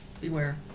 Beware